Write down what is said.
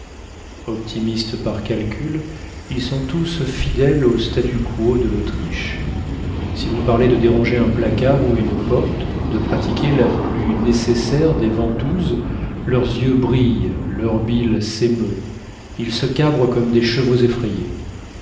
optimistes par calcul ils sont tous fidèles au statu quo de l'autriche si vous parlez de déranger un placard ou une porte de pratiquer la plus nécessaire des ventouses leurs yeux brillent leur bile s'émeut ils se cabrent comme des chevaux effrayés